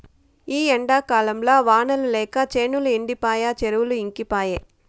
ఈ ఎండాకాలంల వానలు లేక చేనులు ఎండిపాయె చెరువులు ఇంకిపాయె